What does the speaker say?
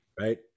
right